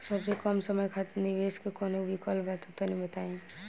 सबसे कम समय खातिर निवेश के कौनो विकल्प बा त तनि बताई?